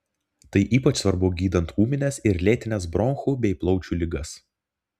tai ypač svarbu gydant ūmines ir lėtines bronchų bei plaučių ligas